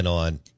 on